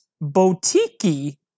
boutique